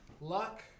Luck